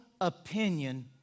opinion